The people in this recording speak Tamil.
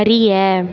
அறிய